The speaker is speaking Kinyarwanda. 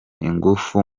ingufu